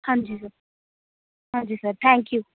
ਹਾਂਜੀ ਸਰ ਹਾਂਜੀ sir thank you